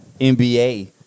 NBA